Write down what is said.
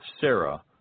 Sarah